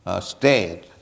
state